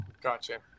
Gotcha